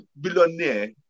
billionaire